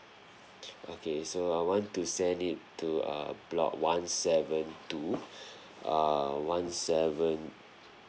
okay so I want to send it to uh block one seven two err one seven